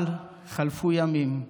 אבל חלפו ימים,